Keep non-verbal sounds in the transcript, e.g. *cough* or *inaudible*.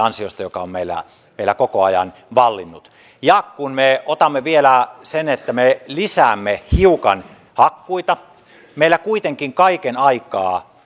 *unintelligible* ansiosta jotka ovat meillä koko ajan vallinneet ja kun me otamme vielä sen että me lisäämme hiukan hakkuita meillä kuitenkin kaiken aikaa *unintelligible*